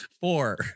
Four